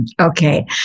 Okay